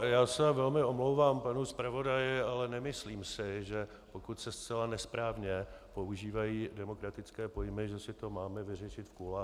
Já se velmi omlouvám panu zpravodaji, ale nemyslím si, že pokud se zcela nesprávně používají demokratické pojmy, že si to máme vyřešit v kuloáru.